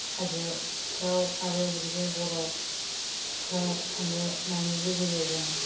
हाजोफ्राव आरो बिदिनो बरफफ्राव थांनो नायनो लुबैयो जों